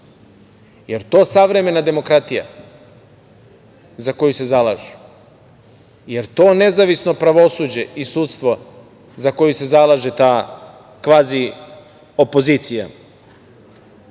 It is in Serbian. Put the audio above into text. je to savremena demokratija za koju se zalažu? Da li je to nezavisno pravosuđe i sudstvo za koje se zalaže ta kvazi opozicija? Verujem